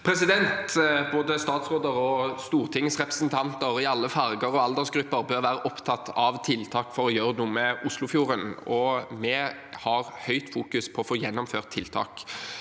Både statsråder og stortingsrepresentanter – i alle farger og aldersgrupper – bør være opptatt av tiltak for å gjøre noe med Oslofjorden, og vi har et høyt fokus på å få gjennomført tiltak.